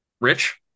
rich